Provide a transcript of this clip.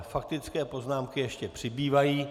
Faktické poznámky ještě přibývají.